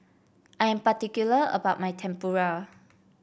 I am particular about my Tempura